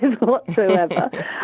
whatsoever